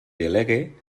delegue